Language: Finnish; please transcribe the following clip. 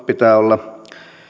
pitää olla